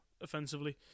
offensively